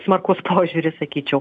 smarkus požiūris sakyčiau